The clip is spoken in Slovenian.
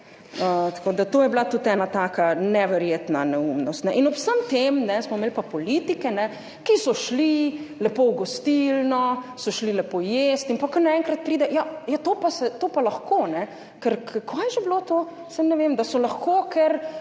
Tako da to je bila tudi ena taka neverjetna neumnost. Ob vsem tem smo imeli pa politike, ki so šli lepo v gostilno, so šli lepo jest, in potem kar naenkrat pride, ja to pa to pa lahko, ker – kaj je že bilo to? Saj ne vem, da so lahko, ker